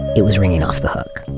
it was ringing off the hook